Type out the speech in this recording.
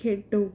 ਖੇਡੋ